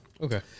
Okay